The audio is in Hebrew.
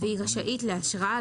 והיא רשאית לאשרה,